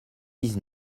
dix